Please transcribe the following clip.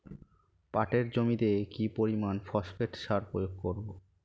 পাটের জমিতে কি পরিমান ফসফেট সার প্রয়োগ করব?